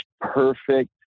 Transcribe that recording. perfect